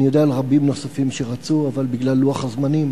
ואני יודע על רבים נוספים שרצו אבל בגלל לוח הזמנים,